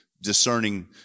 discerning